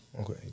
Okay